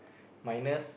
minus